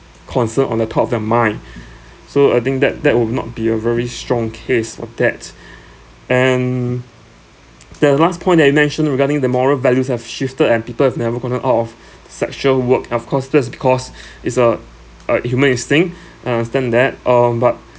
concern on the top of their mind so I think that that would not be a very strong case of that and the last point that you mentioned regarding the moral values have shifted and people have never gone out of sexual work of course that's because it's a a human instinct I understand that um but